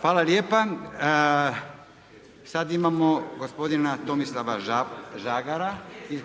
Hvala lijepa. Sada imamo gospodina Tomislava Žagara iz